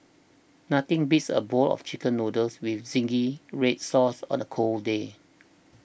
nothing beats a bowl of Chicken Noodles with Zingy Red Sauce on a cold day